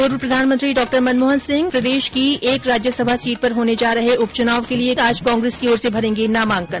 पूर्व प्रधानमंत्री डॉ मन मोहन सिंह प्रदेश की एक राज्यसभा सीट पर होने जा रहे उपचुनाव के लिये आज कांग्रेस की ओर से भरेंगे नामांकन